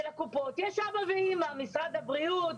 הקופות יש אבא ואימא - משרד הבריאות,